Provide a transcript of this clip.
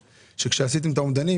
כשעשיתם את האומדנים,